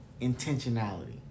Intentionality